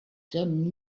sommes